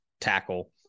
tackle